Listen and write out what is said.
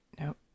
Nope